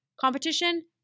competition